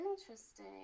Interesting